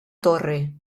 torre